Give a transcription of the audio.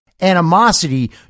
animosity